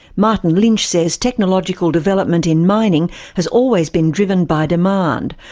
martin lynch says technological development in mining has always been driven by demand,